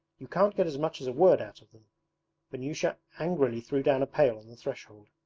you can't get as much as a word out of them vanyusha angrily threw down a pail on the threshold.